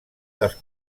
dels